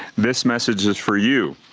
this message is for you.